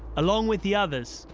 along with the others,